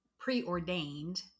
preordained